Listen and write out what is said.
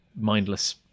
mindless